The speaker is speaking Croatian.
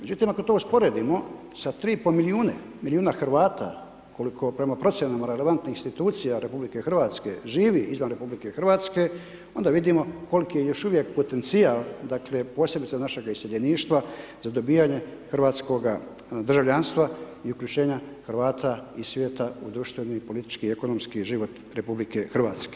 Međutim, ako to usporedimo sa 3,5 milijuna Hrvata koliko prema procjenama relevantnih institucija RH živi izvan RH onda vidimo koliki je još uvijek potencijal dakle posebice našega iseljeništva za dobivanje hrvatskoga državljanstva i uključenja Hrvata i svijeta u društveni i politički i ekonomski život RH.